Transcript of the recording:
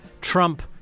Trump